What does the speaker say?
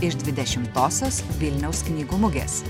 iš dvidešimtosios vilniaus knygų mugės